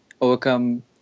overcome